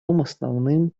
основным